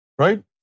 Right